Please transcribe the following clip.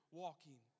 walking